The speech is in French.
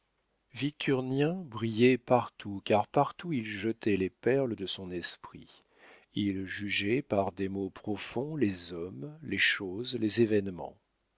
victurnien brillait partout car partout il jetait les perles de son esprit il jugeait par des mots profonds les hommes les choses les événements